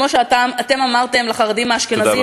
כמו שאתם אמרתם לחרדים האשכנזים,